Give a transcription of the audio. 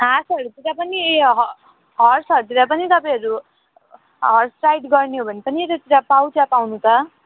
हाँसहरूतिर पनि उयो हर्सहरूतिर पनि तपाईँहरू हर्स राइड गर्ने हो भने पनि यतातिर पाउँछ पाउनु त